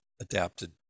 adapted